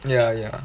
ya ya